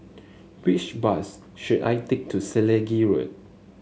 which bus should I take to Selegie Road